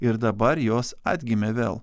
ir dabar jos atgimė vėl